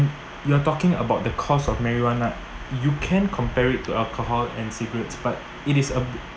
en~ you are talking about the cost of marijuana you can compare it to alcohol and cigarettes but it is a bit